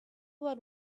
about